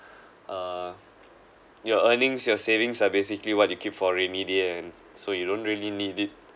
uh your earnings your savings are basically what you keep for rainy day and so you don't really need it